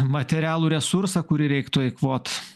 materialų resursą kurį reiktų eikvot